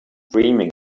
dreaming